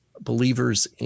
believers